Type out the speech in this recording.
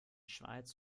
schweiz